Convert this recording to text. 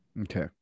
Okay